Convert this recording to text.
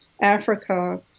Africa